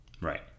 right